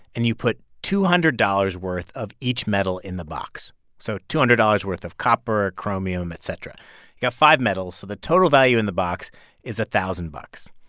and you put two hundred dollars worth of each metal in the box so two hundred dollars worth of copper, chromium, et cetera. you got five metals. so the total value in the box is a thousand bucks.